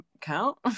count